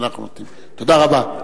תודה רבה.